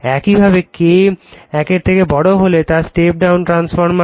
একইভাবে K এর থেকে বড় হলে তা হবে স্টেপ ডাউন ট্রান্সফরমার